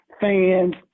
fans